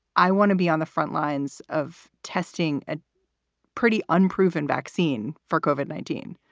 i want to be on the frontlines of testing a pretty unproven vaccine for koven nineteen?